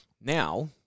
Now